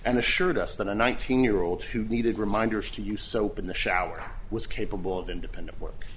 and assured us that a nineteen year old who needed reminders to use soap in the shower was capable of independent work